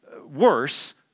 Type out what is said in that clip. worse